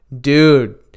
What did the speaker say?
dude